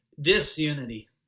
disunity